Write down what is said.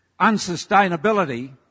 unsustainability